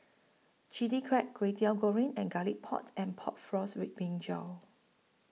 Chili Crab Kwetiau Goreng and Garlic Port and Pork Floss with Brinjal